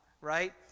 right